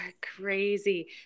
crazy